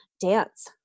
dance